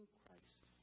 Christ